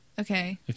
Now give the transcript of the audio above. Okay